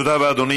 תודה רבה, אדוני.